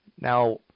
Now